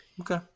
Okay